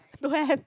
don't have